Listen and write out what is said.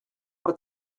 про